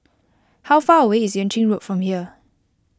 how far away is Yuan Ching Road from here